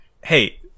Hey